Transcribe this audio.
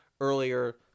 earlier